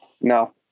No